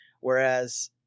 whereas